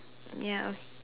ya okay